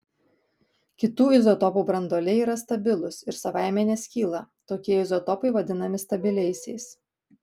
kitų izotopų branduoliai yra stabilūs ir savaime neskyla tokie izotopai vadinami stabiliaisiais